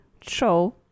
show